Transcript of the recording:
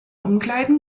umkleiden